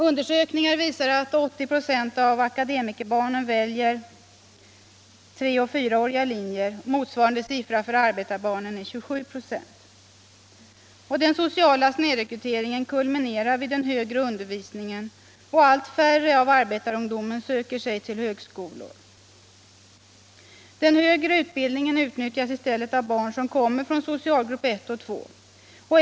Undersökningar — m.m. visar att 80 26 av ”akademikerbarnen” väljer dessa treoch fyraåriga linjer. Motsvarande siffra för arbetarbarnen är 27 96. Den sociala snedrekryteringen kulminerar vid den högre undervisningen och allt färre av arbetarungdomarna söker sig till högskolor. Den högre utbildningen utnyttjas i stället av barn som kommer från socialgrupp 1 och 2.